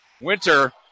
Winter